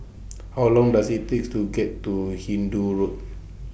How Long Does IT takes to get to Hindoo Road